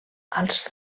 als